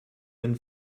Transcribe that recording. and